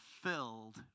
filled